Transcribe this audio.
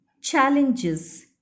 challenges